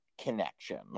connection